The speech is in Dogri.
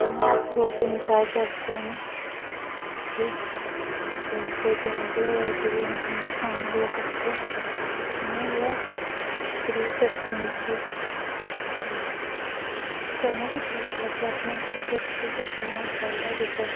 तां अस लोक इंजॉय करदे न ठीक ते कोई ब्याह् ब्यूह होऐ ते जियां स्याने लोक आखदे उ'आं गै जरूर करदे न इसी ते करना बी चाहिदा ना बैसे अपना कल्चर चाहिदा कुसै ई